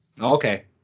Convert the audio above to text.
Okay